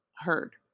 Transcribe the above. heard